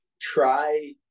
Try